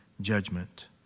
judgment